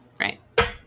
right